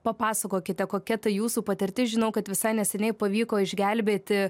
papasakokite kokia ta jūsų patirtis žinau kad visai neseniai pavyko išgelbėti